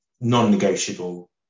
non-negotiable